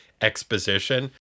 exposition